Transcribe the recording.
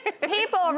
People